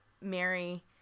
Mary